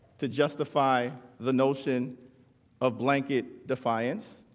to justify the notion of blanket defiance.